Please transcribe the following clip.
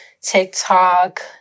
TikTok